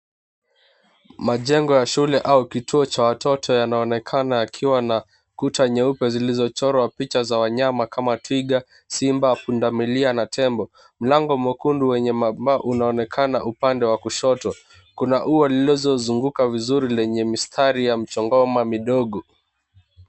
Majengo ya shule au kituo cha watoto yanaonekana yakiwa na kuta nyeupe zilizochorwa picha za wanyama kama: twiga, simba, pundamilia, na tembo. Mlango mwekundu wenye mabao unaonekana upande wa kushoto. Kuna ua lilizozunguka vizuri lenye mistari ya mchongoma midogo.